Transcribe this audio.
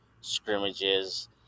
scrimmages